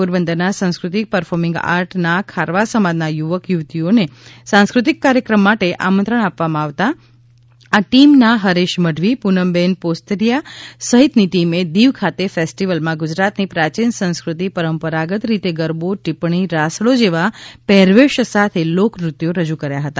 પોરબંદરના સંસ્કૃતિ performing art નાં ખારવા સમાજના યુવક યુવતીઓને સાંસ્ક્રતિક કાર્યક્રમ માટે આમંત્રણ આપવામાં આવતા આ ટીમના હરેશ મઢવી પૂનમબેન પોસ્તરીયા સહિતની ટીમે દિવ ખાતે ફેસ્ટિવલમાં ગુજરાતની પ્રાચીન સંસ્કૃતિ પરંપરાગત રીતે ગરબો ટિપ્પણી રાસડો જેવા પહેરવેશ સાથે લોકનૃત્યો રજૂ કર્યા હતા